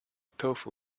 tofu